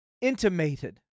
Intimated